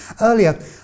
Earlier